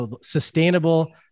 sustainable